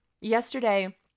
Yesterday